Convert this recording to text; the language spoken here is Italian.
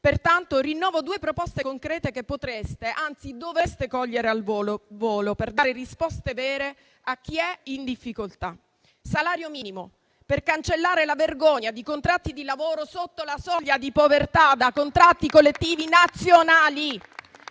Pertanto rinnovo due proposte concrete che potreste, anzi dovreste cogliere al volo, per dare risposte vere a chi è in difficoltà: salario minimo, per cancellare la vergogna di contratti di lavoro sotto la soglia di povertà da contratti collettivi nazionali